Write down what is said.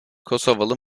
kosovalı